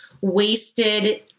wasted